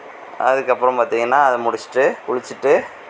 அதுக்கு அப்புறம் பார்த்தீங்கன்னா அது முடிச்சுட்டு குளிச்சுட்டு